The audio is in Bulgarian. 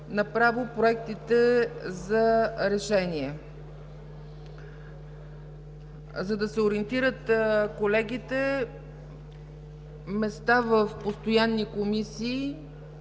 направо проектите за решения. За да се ориентират колегите – места в постоянни комисии